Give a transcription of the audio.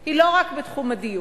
היא לא רק בתחום הדיור.